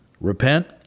repent